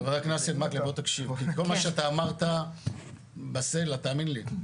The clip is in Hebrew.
חבר הכנסת מקלב, כל מה שאתה אמרת בסלע, תאמין לי,